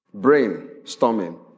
Brainstorming